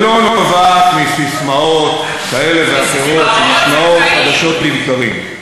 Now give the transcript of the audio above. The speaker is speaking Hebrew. ולא נובעת מססמאות כאלה ואחרות שנשמעות חדשות לבקרים.